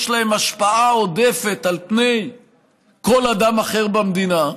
יש להם השפעה עודפת על פני כל אדם אחר במדינה,